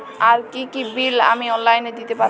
আর কি কি বিল আমি অনলাইনে দিতে পারবো?